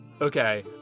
Okay